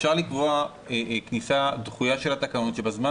אפשר לקבוע כניסה דחויה של התקנות שבזמן